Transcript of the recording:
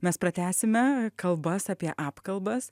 mes pratęsime kalbas apie apkalbas